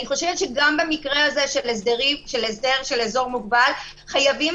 אני חושבת שגם במקרה הזה של הסדר של אזור מוגבל חייבים